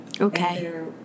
Okay